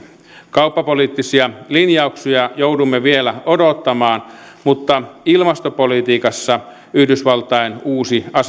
kauppapoliittisia linjauksia joudumme vielä odottamaan mutta ilmastopolitiikassa yhdysvaltain uusi